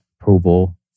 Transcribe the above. approval